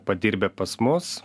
padirbę pas mus